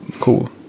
cool